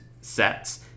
sets